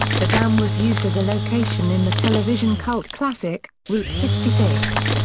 the dam was used as a location in the television cult classic, route sixty six.